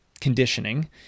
conditioning